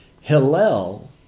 Hillel